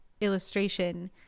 illustration